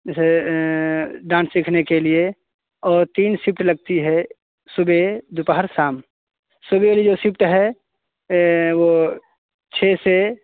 जेसे डांस सीखने के लिए और तीन शिप्ट लगती है सुबे दोपहर शाम सुबेरे जो शिव्ट है वो छः से